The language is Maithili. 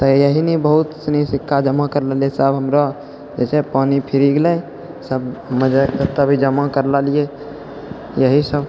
तऽ इएह नहि बहुत सनि सिक्का जमा करलऽ रहिए सब हमरो जे छै पानी फिरि गेलै सब मजे तभी जमा करलऽ रहिए इएहसब